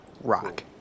Rock